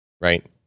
right